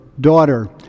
Daughter